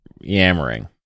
yammering